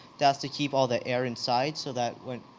that's to keep all the air inside so that when,